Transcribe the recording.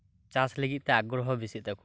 ᱪᱟᱥᱞᱟᱹᱜᱤᱫ ᱛᱮ ᱟᱜᱨᱚ ᱦᱚ ᱵᱮᱥᱤᱜ ᱛᱟᱠᱩ